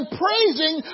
praising